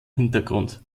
hintergrund